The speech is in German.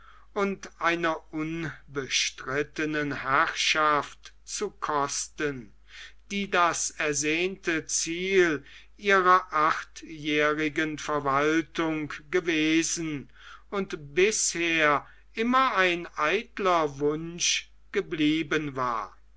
und einer unbestrittenen herrschaft zu kosten die das ersehnte ziel ihrer achtjährigen verwaltung gewesen und bisher immer ein eitler wunsch geblieben war